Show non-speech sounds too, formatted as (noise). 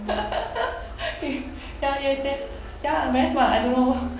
(laughs) ya he will st~ ya very smart I don't know